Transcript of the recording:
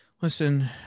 Listen